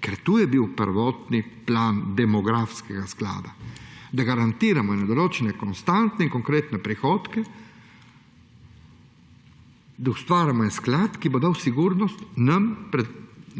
ker to je bil prvotni plan demografskega sklada, da garantiramo ene določene konstantne in konkretne prihodke, da ustvarimo en sklad, ki bo dal sigurnost nam,